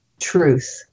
truth